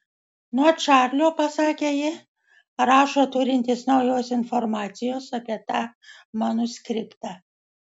nuo čarlio pasakė ji rašo turintis naujos informacijos apie tą manuskriptą